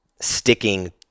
sticking